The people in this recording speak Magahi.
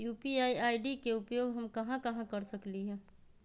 यू.पी.आई आई.डी के उपयोग हम कहां कहां कर सकली ह?